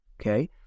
okay